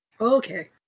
Okay